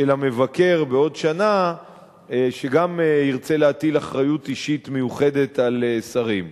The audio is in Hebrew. של המבקר בעוד שנה שגם ירצה להטיל אחריות אישית מיוחדת על שרים.